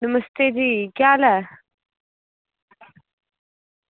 नमस्ते जी केह् हाल ऐ